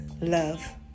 love